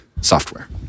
software